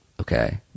Okay